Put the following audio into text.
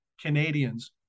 Canadians